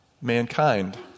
mankind